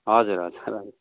हजुर हजुर हजुर